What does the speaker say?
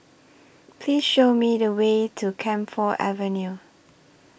Please Show Me The Way to Camphor Avenue